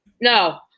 No